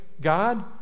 God